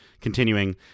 Continuing